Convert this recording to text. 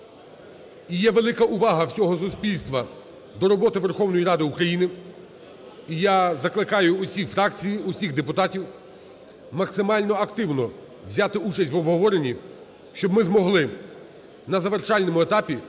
і є велика увага всього суспільства до роботи Верховної Ради України. І я закликаю всі фракції, всіх депутатів максимально активно взяти участь в обговоренні, щоб ми змогли на завершальному етапі